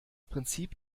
prinzip